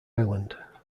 island